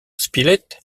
spilett